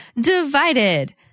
Divided